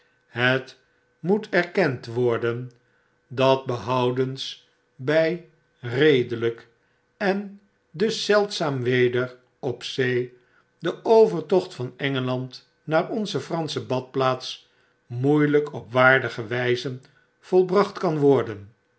het moet erkend worden dat behoudens by redelp en dus zeldzaam weder op zee de overtocht van engeland naar onze fransche badplaats meielijk op waardige wgze volbracht kan worden